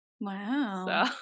wow